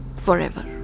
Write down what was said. forever